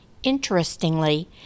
Interestingly